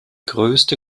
größte